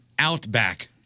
Outback